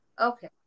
Okay